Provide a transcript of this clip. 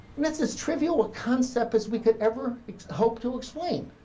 and that's as trivial a concept as we could ever hope to explain.